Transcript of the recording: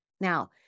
Now